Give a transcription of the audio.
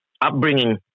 upbringing